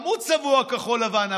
גם הוא צבוע כחול לבן,